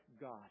God